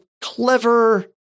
clever